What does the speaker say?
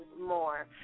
more